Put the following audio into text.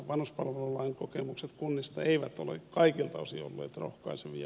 vanhuspalvelulain kokemukset kunnista eivät ole kaikilta osin olleet rohkaisevia